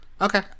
Okay